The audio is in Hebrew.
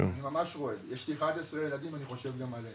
אני ממש רועד, יש לי 11 ילדים, אני חושב גם עליהם.